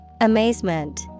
Amazement